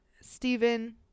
Stephen